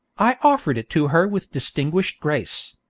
i offered it to her with distinguished grace.